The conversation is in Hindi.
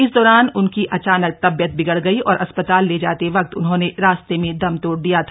इस दौरान उनकी अचानक तबियत बिगड़ गयी और अस्पताल ले जाते वक्त उन्होंने रास्ते में दम तोड़ दिया था